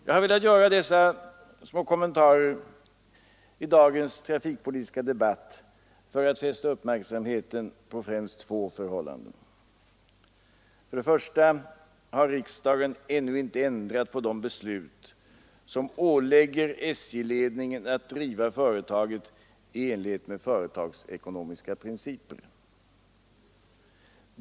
Jag har velat göra dessa små kommentarer i anslutning till dagens trafikpolitiska debatt för att fästa uppmärksamheten på främst två förhållanden. För det första har riksdagen ännu inte ändrat på det beslut som ålägger SJ-ledningen att driva företaget i enlighet med företagsekonomiska principer.